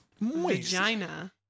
vagina